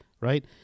right